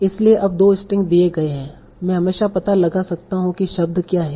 इसलिए अब 2 स्ट्रिंग दिए गए हैं मैं हमेशा पता लगा सकता हूं कि शब्द क्या है